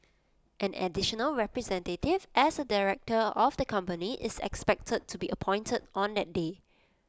an additional representative as A director of the company is expected to be appointed on that day